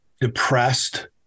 depressed